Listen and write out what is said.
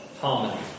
harmony